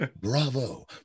Bravo